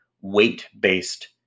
weight-based